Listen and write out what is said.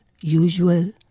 usual